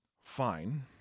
fine